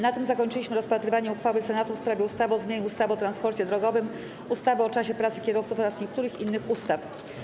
Na tym zakończyliśmy rozpatrywanie uchwały Senatu w sprawie ustawy o zmianie ustawy o transporcie drogowym, ustawy o czasie pracy kierowców oraz niektórych innych ustaw.